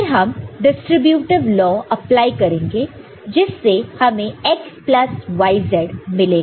फिर हम distributive law apply करेंगे जिससे हमें x प्लस yz मिलेगा